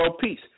Peace